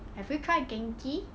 have you tried Genki